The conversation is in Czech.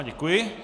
Děkuji.